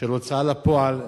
של הוצאה לפועל,